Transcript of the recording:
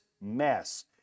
mess